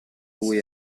lui